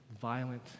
violent